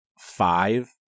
five